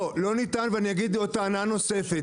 לא ניתן, ואגיד עוד טענה נוספת.